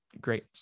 great